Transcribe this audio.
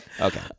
Okay